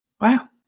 Wow